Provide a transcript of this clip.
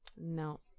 No